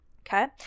Okay